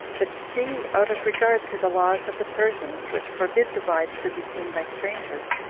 but she, out of regard to the laws of the persians, which forbid the wives to be seen by strangers,